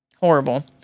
Horrible